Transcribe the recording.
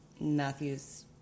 Matthew's